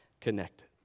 connected